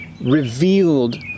revealed